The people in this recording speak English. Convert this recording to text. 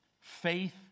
Faith